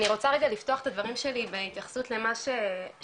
אני רוצה רגע לפתוח את הדברים שלי בהתייחסות למה שאמרתם